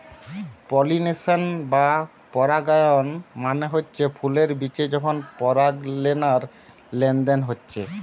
pollination বা পরাগায়ন মানে হচ্ছে ফুলের বিচে যখন পরাগলেনার লেনদেন হচ্ছে